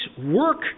work